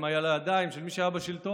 הן על הידיים של מי שהיה בשלטון,